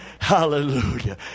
hallelujah